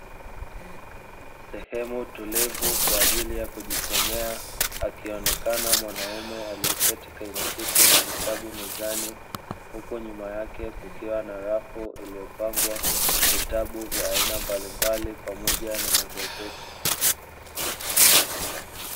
Sehemu tulivu kwa ajili ya kujisomea, akionekana mwanaume aliyeketi kwenye kiti na vitabu mezani, huku nyuma yake kukiwa na rafu iliyopangwa vitabu vya aina mbalimbali pamoja na magazeti.